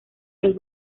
del